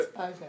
okay